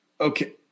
Okay